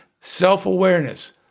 Self-awareness